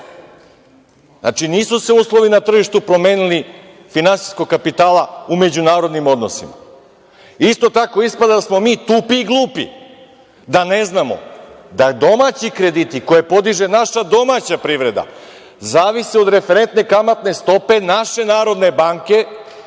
Znači, nisu se uslovi na tržištu promenili finansijskog kapitala u međunarodnim odnosima. Isto tako ispada da smo mi glupi i tupi da ne znamo da domaći krediti koje podiže naša domaća privreda zavise od referentne kamatne stope naše Narodne banke,